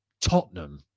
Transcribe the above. Tottenham